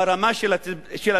ברמה של הציבור,